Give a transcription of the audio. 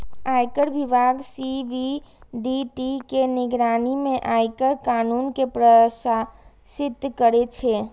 आयकर विभाग सी.बी.डी.टी के निगरानी मे आयकर कानून कें प्रशासित करै छै